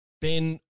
Ben